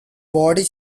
boarding